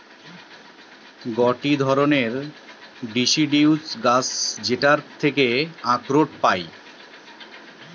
গটে ধরণের ডিসিডিউস গাছ যেটার থাকি আখরোট পাইটি